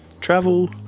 travel